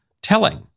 telling